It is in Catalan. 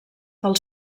del